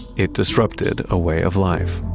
it disrupted a way of life